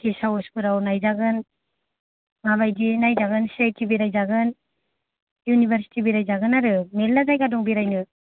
guest house फोराव नायजागोन माबादि नायजागोन सि आइ थि बेराय जागोन इउनिभारसिटी बेराय जागोन आरो मेरला जायगा दं बेरायनो